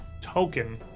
token